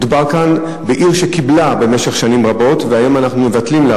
מדובר כאן בעיר שקיבלה במשך שנים רבות והיום אנחנו מבטלים לה,